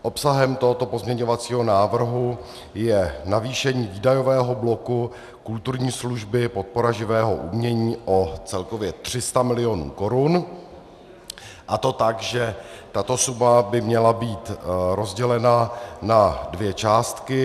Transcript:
Obsahem tohoto pozměňovacího návrhu je navýšení výdajového bloku kulturní služby podpora živého umění celkově o 300 mil. korun, a to tak, že tato suma by měla být rozdělena na dvě částky.